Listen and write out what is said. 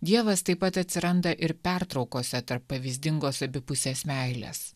dievas taip pat atsiranda ir pertraukose tarp pavyzdingos abipusės meilės